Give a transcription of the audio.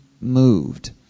moved